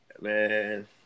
man